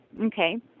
Okay